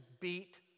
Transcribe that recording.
beat